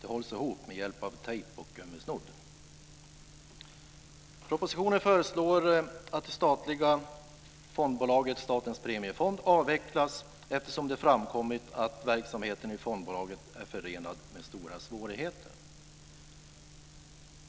Det hålls ihop med hjälp av tejp och gummisnodd. Statens Premiefond avvecklas, eftersom det framkommit att verksamheten i fondbolaget är förenad med stora svårigheter.